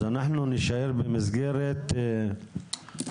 אז אנחנו נשאר במסגרת הדיונים.